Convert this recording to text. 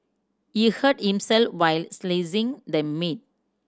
he hurt himself while slicing the meat